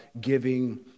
giving